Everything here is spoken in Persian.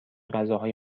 غذاهای